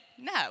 No